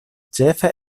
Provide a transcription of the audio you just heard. ĉefe